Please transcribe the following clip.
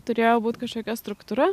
turėjo būtikažkokia struktūra